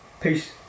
Peace